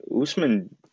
Usman